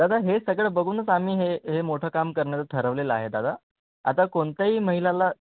दादा हे सगळं बघूनच आम्ही हे हे मोठं काम करण्याचं ठरवलेलं आहे दादा आता कोणत्याही महिलाला